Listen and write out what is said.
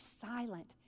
silent